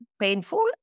painful